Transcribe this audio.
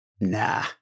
Nah